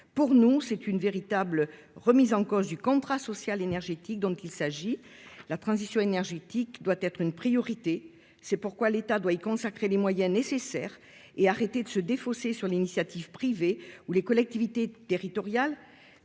Pour nous, c'est une véritable remise en cause du contrat social énergétique. La transition énergétique doit être une priorité. C'est pourquoi l'État doit y consacrer les moyens nécessaires et cesser de se défausser sur l'initiative privée ou les collectivités territoriales,